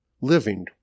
living